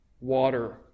water